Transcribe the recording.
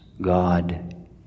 God